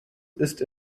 ist